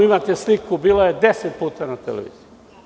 Imate sliku, bila je deset puta na televiziji.